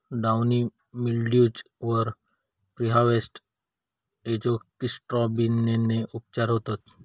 downy mildews वर preharvest एजोक्सिस्ट्रोबिनने उपचार होतत